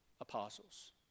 apostles